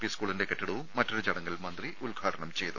P സ്കൂളിന്റെ കെട്ടിടവും മറ്റൊരു ചടങ്ങിൽ മന്ത്രി ഉദ്ഘാടനം ചെയ്തു